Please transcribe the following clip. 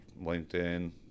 LinkedIn